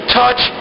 touch